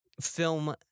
Film